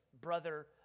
brother